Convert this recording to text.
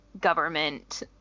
government